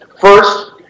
First